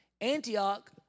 Antioch